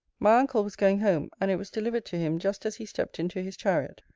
my uncle was going home, and it was delivered to him just as he stepped into his chariot.